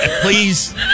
please